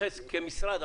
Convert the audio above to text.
תתייחס כמשרד,